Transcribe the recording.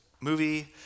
movie